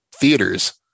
theaters